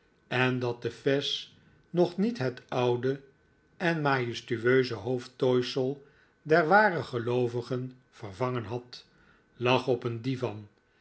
en dat de fez nog niet het oude en majestueuze hoofdtooisel der ware geloovigen vervangen had lag op een divan